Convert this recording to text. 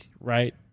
right